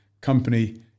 company